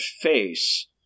face